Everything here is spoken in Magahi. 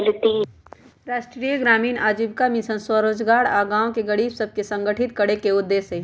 राष्ट्रीय ग्रामीण आजीविका मिशन स्वरोजगार आऽ गांव के गरीब सभके संगठित करेके उद्देश्य हइ